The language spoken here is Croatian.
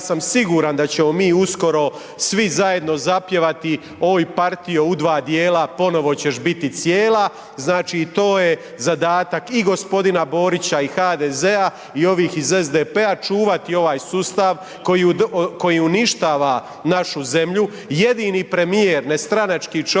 Ja sam siguran da ćemo mi uskoro svi zajedno zapjevati „Oj partijo u dva dijela, ponovo ćeš biti cijela“ Znači to je zadatak i g. Borića i HDZ-a i ovih iz SDP-a, čuvati ovaj sustav koji je uništava našu zemlju, jedini premijer nestranački čovjek